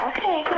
Okay